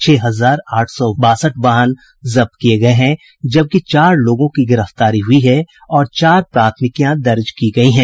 छह हजार आठ सौ बासठ वाहन जब्त किये गये हैं जबकि चार लोगों की गिरफ्तारी हुई है और चार प्राथमिकियां भी दर्ज की गयी हैं